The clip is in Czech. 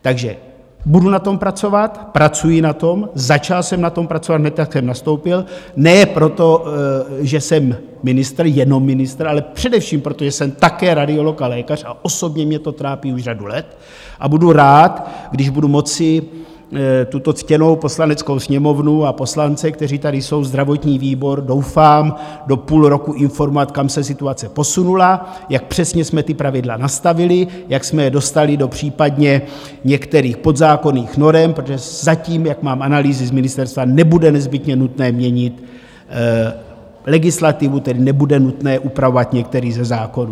Takže budu na tom pracovat, pracuji na tom, začal jsem na tom pracovat hned, jak jsem nastoupil, ne proto, že jsem ministr, jenom ministr, ale především proto, že jsem také radiolog a lékař, osobně mě to trápí už řadu let a budu rád, když budu moci tuto ctěnou Poslaneckou sněmovnu a poslance, kteří tady jsou, zdravotní výbor, doufám, do půl roku informovat, kam se situace posunula, jak přesně jsme ta pravidla nastavili, jak jsme je dostali do případně některých podzákonných norem, protože zatím, jak mám analýzy z ministerstva, nebude nezbytně nutné měnit legislativu, tedy nebude nutné upravovat některý ze zákonů.